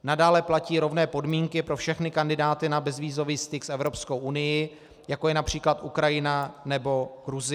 Nadále platí rovné podmínky pro všechny kandidáty na bezvízový styk s Evropskou unií, jako je například Ukrajina nebo Gruzie.